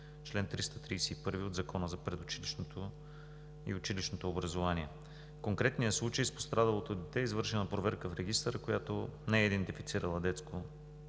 чл. 331 от Закона за предучилищното и училищното образование. В конкретния случай с пострадалото дете е извършена проверка в регистъра, която не е идентифицирала детското